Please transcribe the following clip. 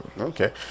Okay